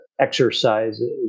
exercises